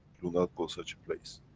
do not go such a place.